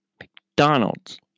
McDonald's